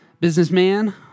businessman